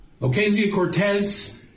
Ocasio-Cortez